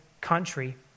country